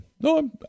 No